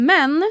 Men